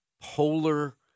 polar